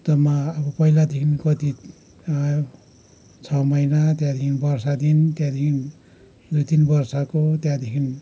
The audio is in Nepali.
जम्मा अब पहिलादेखिन् कति छ महिना त्यहाँदेखिन् वर्षदिन त्यहाँदेखिन् दुई तिन वर्षको त्यहाँदेखिन्